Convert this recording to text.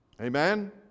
Amen